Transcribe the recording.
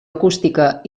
acústica